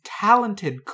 talented